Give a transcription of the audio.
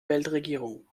weltregierung